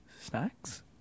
Snacks